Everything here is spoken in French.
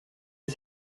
est